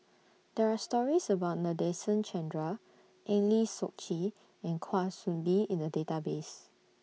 There Are stories about Nadasen Chandra Eng Lee Seok Chee and Kwa Soon Bee in The Database